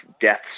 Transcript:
deaths